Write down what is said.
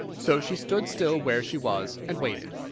so she stood still where she was, and waited.